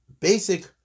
basic